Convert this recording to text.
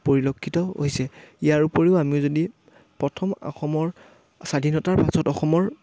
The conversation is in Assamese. পৰিলক্ষিত হৈছে ইয়াৰ উপৰিও আমি যদি প্ৰথম অসমৰ স্বাধীনতাৰ পাছত অসমৰ